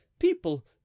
people